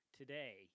today